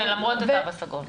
כן, למרות התו הסגול.